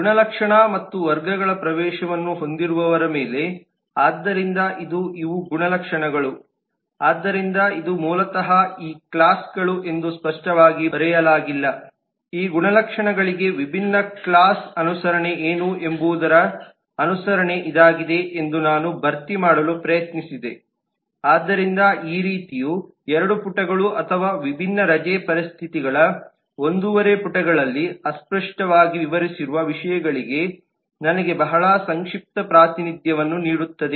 ಗುಣಲಕ್ಷಣ ಮತ್ತು ವರ್ಗಗಳ ಪ್ರವೇಶವನ್ನು ಹೊಂದಿರುವವರ ಮೇಲೆ ಆದ್ದರಿಂದ ಇದು ಇವು ಗುಣಲಕ್ಷಣಗಳು ಆದ್ದರಿಂದ ಇದು ಮೂಲತಃ ಈ ಕ್ಲಾಸ್ಗಳು ಎಂದು ಸ್ಪಷ್ಟವಾಗಿ ಬರೆಯಲಾಗಿಲ್ಲ ಈ ಗುಣಲಕ್ಷಣಗಳಿಗೆ ವಿಭಿನ್ನ ಕ್ಲಾಸ್ ಅನುಸರಣೆ ಏನು ಎಂಬುದರ ಅನುಸರಣೆ ಇದಾಗಿದೆ ಎಂದು ನಾನು ಭರ್ತಿ ಮಾಡಲು ಪ್ರಯತ್ನಿಸಿದೆ ಆದ್ದರಿಂದ ಈ ರೀತಿಯು ಎರಡು ಪುಟಗಳು ಅಥವಾ ವಿಭಿನ್ನ ರಜೆ ಪರಿಸ್ಥಿತಿಗಳ ಒಂದೂವರೆ ಪುಟಗಳಲ್ಲಿ ಅಸ್ಪಷ್ಟವಾಗಿ ವಿವರಿಸಿರುವ ವಿಷಯಗಳಿಗೆ ನನಗೆ ಬಹಳ ಸಂಕ್ಷಿಪ್ತ ಪ್ರಾತಿನಿಧ್ಯವನ್ನು ನೀಡುತ್ತದೆ